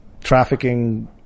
trafficking